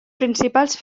principals